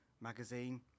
magazine